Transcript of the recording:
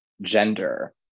gender